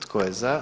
Tko je za?